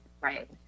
right